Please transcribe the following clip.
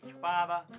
Father